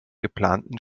geplanten